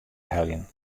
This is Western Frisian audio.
heljen